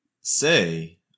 say